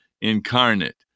incarnate